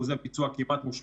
אחוזי הביצוע כמעט מושלמים.